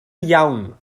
iawn